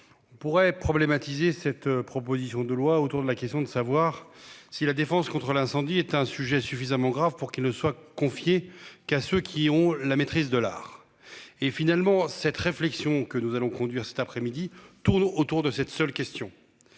Pourraient problématisée cette proposition de loi autour de la question de savoir si la défense contre l'incendie est un sujet suffisamment grave pour qu'il soit confié qu'à ceux qui ont la maîtrise de l'art et finalement cette réflexion que nous allons conduire cet après-midi tourne autour de cette seule question.